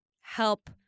help